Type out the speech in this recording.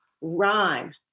rhyme